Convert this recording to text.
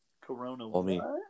Corona